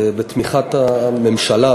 בתמיכת הממשלה,